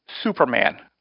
Superman